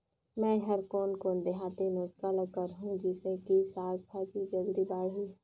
मै हर कोन कोन देहाती नुस्खा ल करहूं? जिसे कि साक भाजी जल्दी बाड़ही?